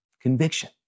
conviction